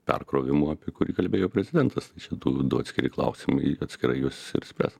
perkrovimu apie kurį kalbėjo prezidentas čia du atskiri klausimai atskirai juos ir spręs